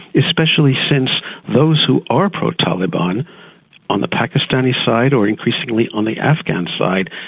especially since those who are pro-taliban on the pakistani side, or increasingly on the afghan side,